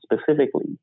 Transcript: specifically